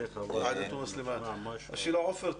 עופר,